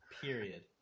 Period